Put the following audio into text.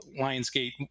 Lionsgate